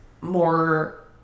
more